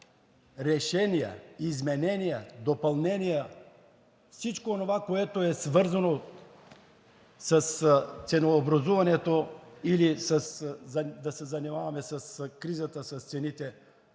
решения, изменения, допълнения – всичко онова, което е свързано с ценообразуването, или да се занимаваме с кризата с цените,